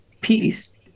peace